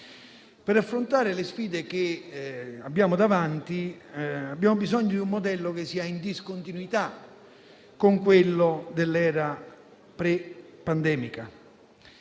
Per affrontare le sfide che abbiamo davanti, abbiamo bisogno di un modello che sia in discontinuità con quello dell'era pre-pandemica.